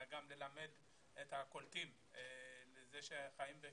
אלא גם ללמד את הקולטים שחיים בקרבנו,